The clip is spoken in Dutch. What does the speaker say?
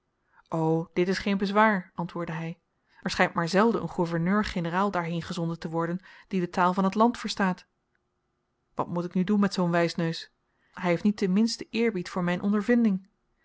o dit is geen bezwaar antwoordde hy er schynt maar zelden een gouverneur-generaal daarheen gezonden te worden die de taal van t land verstaat wat moet ik nu doen met zoo'n wysneus hy heeft niet den minsten eerbied voor myn ondervinding